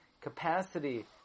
capacity